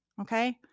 Okay